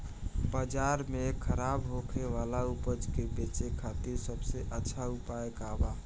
बाजार में खराब होखे वाला उपज के बेचे खातिर सबसे अच्छा उपाय का बा?